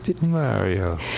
Mario